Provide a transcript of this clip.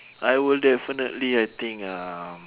I will definitely I think uh